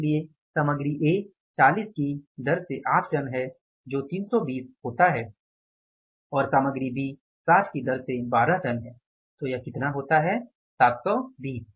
इसलिए सामग्री ए 40 की दर से 8 टन है जो 320 होता है और सामग्री बी 60 की दर से 12 टन है तो यह कितना होता है 720 सही है